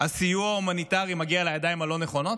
הסיוע ההומניטרי מגיע לידיים הלא-נכונות?